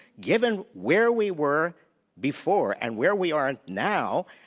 given where we were before and where we are now,